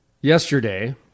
yesterday